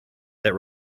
that